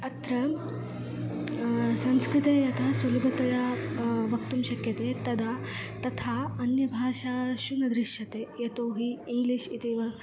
अत्र संस्कृते यथा सुलभतया वक्तुं शक्यते तदा तथा अन्यभाषासु न दृश्यते यतोऽहि इङ्ग्लिश् इति वा